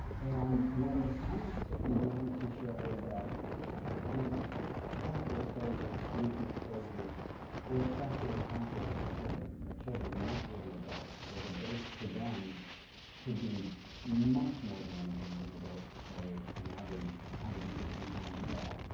and when the science began to show that these chemical exposures, pollution exposures were especially harmful to children. that children weren't little adults, that a dose to them could be much more damaging than a dose to save an average one hundred and sixty pound male,